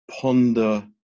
ponder